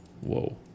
Whoa